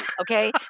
Okay